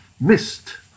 missed